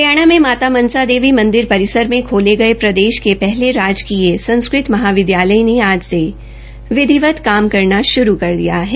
हरियाणा में माता मनसा देवी मंदिर परिसर में खोले गये प्रदेश के पहले संस्कृत महाविदयालय ने आज से विधिवत काम करना शुरू कर दिया है